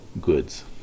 goods